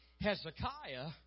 Hezekiah